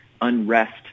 unrest